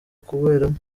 kuberamo